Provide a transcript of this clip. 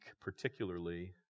particularly